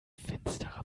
finsterer